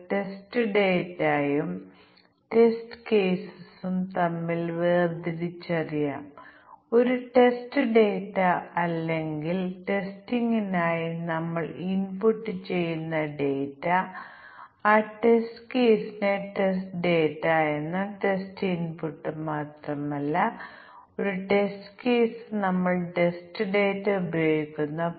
ടെസ്റ്ററിന് ഒരു സോഫ്റ്റ്വെയർ നൽകിയിട്ടുണ്ടെന്ന് ഞങ്ങൾ പറയുന്നു പ്രോഗ്രാം എവിടെ പരാജയപ്പെടാം ഏത് ഇൻപുട്ട് മൂല്യങ്ങൾ പ്രോഗ്രാം പരാജയപ്പെടാം എന്നതിനെക്കുറിച്ച് അദ്ദേഹത്തിന് ധാരണയുണ്ട് അത് വളരെ പരിചയസമ്പന്നരായ പ്രോഗ്രാമർമാർക്ക് പ്രത്യേകിച്ചും സത്യമാണ്